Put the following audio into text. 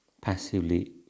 passively